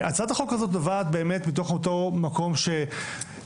הצעת החוק הזאת נובעת מתוך אותו מקום שכולנו